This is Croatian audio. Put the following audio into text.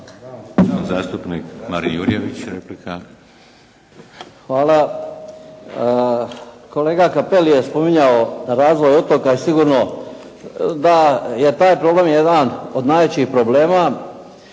replika. **Jurjević, Marin (SDP)** Hvala. Kolega Cappelli je spominjao razvoj otoka i sigurno da je taj problem jedan od najjačih problema,